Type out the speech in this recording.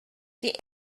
die